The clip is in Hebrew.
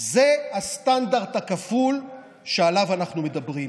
זה הסטנדרט הכפול שעליו אנחנו מדברים.